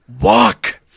Walk